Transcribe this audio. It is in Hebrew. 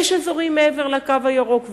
יש אזורים מעבר ל"קו הירוק",